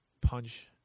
punch